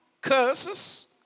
curses